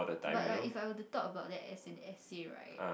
but like if I were to talk about that as an essay right